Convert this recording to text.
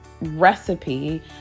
recipe